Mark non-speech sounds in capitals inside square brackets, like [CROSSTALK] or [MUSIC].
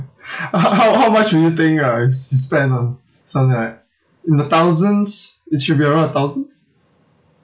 [BREATH] how how how much do you think uh you should spend ah something like that in the thousands it should be around a thousand